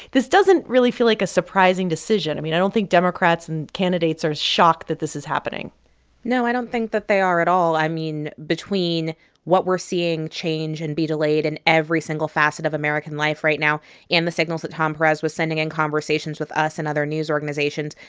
this doesn't really feel like a surprising decision. i mean, i don't think democrats and candidates are shocked that this is happening no, i don't think that they are at all. i mean, between what we're seeing change and be delayed in every single facet of american life right now and the signals that tom perez was sending in conversations with us and other news organizations,